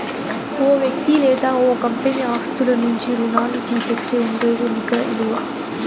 ఓ వ్యక్తి లేదా ఓ కంపెనీ ఆస్తుల నుంచి రుణాల్లు తీసేస్తే ఉండేదే నికర ఇలువ